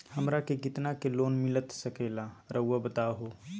हमरा के कितना के लोन मिलता सके ला रायुआ बताहो?